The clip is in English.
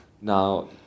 Now